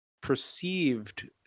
perceived